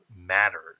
matters